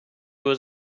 was